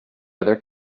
other